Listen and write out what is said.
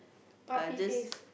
puppy face